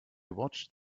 watched